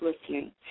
listening